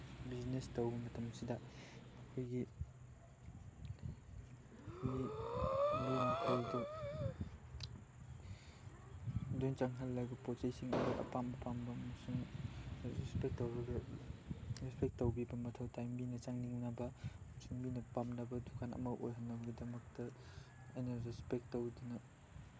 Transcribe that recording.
business ꯇꯧꯕ ꯃꯇꯝꯁꯤꯗ ꯑꯩꯈꯣꯏꯒꯤ ꯃꯤ ꯃꯤ ꯃꯈꯩꯗꯨ ꯂꯣꯏꯅ ꯆꯪꯍꯜꯂꯒ ꯄꯣꯠ ꯆꯩꯁꯤꯡ ꯃꯣꯏ ꯑꯄꯥꯝ ꯑꯄꯥꯝꯕ ꯑꯃꯁꯨꯡ ꯔꯦꯁꯄꯦꯛ ꯇꯧꯔꯒ ꯔꯦꯁꯄꯦꯛ ꯇꯧꯕꯤꯕ ꯃꯊꯧ ꯇꯥꯏ ꯃꯤꯅ ꯆꯪꯅꯤꯡꯅꯕ ꯑꯃꯁꯨꯡ ꯃꯤꯅ ꯄꯥꯝꯅꯕ ꯗꯨꯀꯥꯟ ꯑꯃ ꯑꯣꯏꯍꯟꯅꯕꯒꯤꯗꯃꯛꯇ ꯑꯩꯅ ꯔꯦꯁꯄꯦꯛ ꯇꯧꯗꯅ